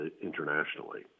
internationally